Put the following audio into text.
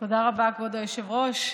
רבה, כבוד היושב-ראש.